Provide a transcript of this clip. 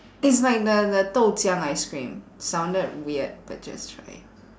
it's like the the 豆浆 ice cream sounded weird but just try